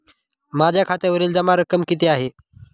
माझ्या खात्यावरील जमा रक्कम किती आहे?